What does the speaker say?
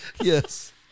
yes